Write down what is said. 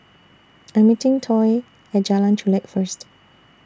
I'm meeting Toy At Jalan Chulek First